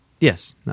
Yes